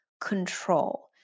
control